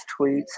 tweets